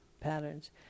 patterns